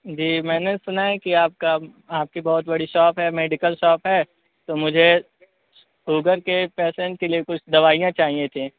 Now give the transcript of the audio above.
جی میں نے سنا ہے کہ آپ کا آپ کی بہت بڑی شاپ ہے میڈیکل شاپ ہے تو مجھے شوگر کے ایک پیشنٹ کے لیے کچھ دوائیاں چاہیے تھیں